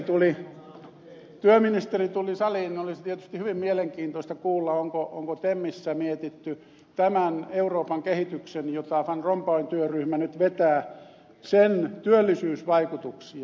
kun työministeri tuli saliin niin olisi tietysti hyvin mielenkiintoista kuulla onko temmissä mietitty tämän euroopan kehityksen jota van rompuyn työryhmä nyt vetää työllisyysvaikutuksia